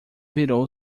virou